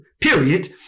period